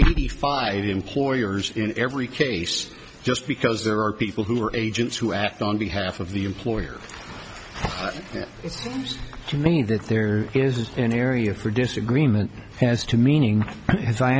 eighty five employers in every case just because there are people who are agents who act on behalf of the employer it's to me that there is an area for disagreement as to meaning